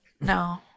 No